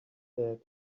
that